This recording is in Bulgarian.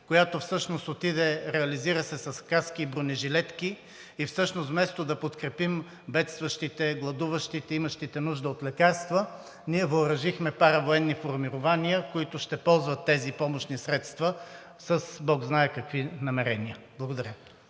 която всъщност се реализира с каски и бронежилетки, и всъщност вместо да подкрепим бедстващите, гладуващите, имащите нужда от лекарства, ние въоръжихме паравоенни формирования, които ще ползват тези помощни средства с бог знае какви намерения. Благодаря.